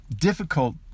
difficult